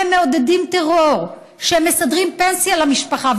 שמעודדים טרור, שמסדרים פנסיה למשפחה.